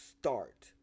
start